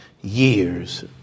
years